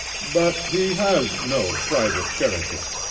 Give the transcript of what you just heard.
but he has no private character.